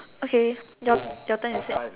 okay your turn you said